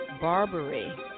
barbary